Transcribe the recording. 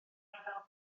ryfel